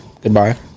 goodbye